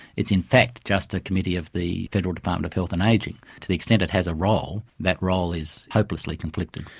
it's in fact just a committee of the federal department of health and ageing. to the extent it has a role, that role is hopelessly conflicted.